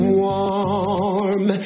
warm